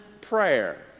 prayer